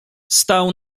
stał